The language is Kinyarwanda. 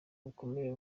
bukomeje